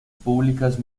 públicas